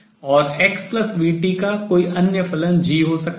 और xvt का कोई अन्य फलन g हो सकता है